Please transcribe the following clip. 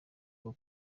kuba